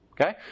Okay